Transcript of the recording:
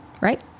right